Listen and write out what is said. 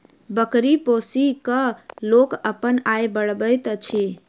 बकरी पोसि क लोक अपन आय बढ़बैत अछि